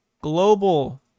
Global